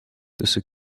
tussen